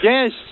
Yes